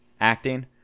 acting